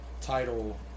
title